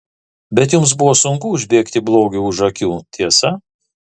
bet jums buvo sunku užbėgti blogiui už akių tiesa